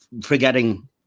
forgetting